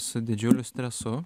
su didžiuliu stresu